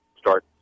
start